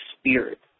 spirit